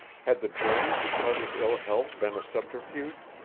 had the journey because of ill health been a subterfuge?